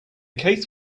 case